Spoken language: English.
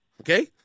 okay